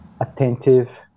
attentive